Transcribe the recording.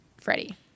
Freddie